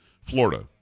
Florida